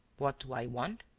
what do i want?